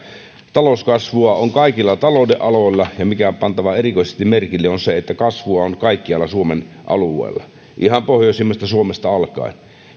talouskasvua on kaikilla talouden aloilla ja mikä on pantava erikoisesti merkille on se että kasvua on kaikkialla suomen alueella ihan pohjoisimmasta suomesta alkaen